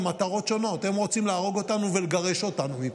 הן מטרות שונות: הם רוצים להרוג אותנו ולגרש אותנו מפה,